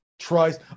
tries